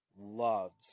loves